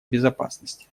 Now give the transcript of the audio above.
безопасности